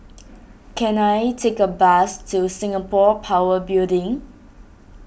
can I take a bus to Singapore Power Building